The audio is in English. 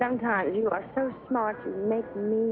sometimes you are so smart it makes me